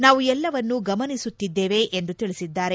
ನಾವು ಎಲ್ಲವನ್ನೂ ಗಮನಿಸುತ್ತಿದ್ದೇವೆ ಎಂದು ತಿಳಿಸಿದ್ದಾರೆ